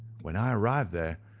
when i arrived there,